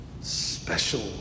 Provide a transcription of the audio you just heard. special